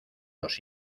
los